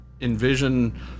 envision